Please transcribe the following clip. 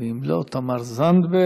ואם לא, תמר זנדברג